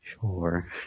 Sure